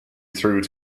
through